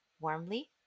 Warmly